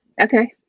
Okay